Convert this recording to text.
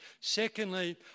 Secondly